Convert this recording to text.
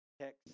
text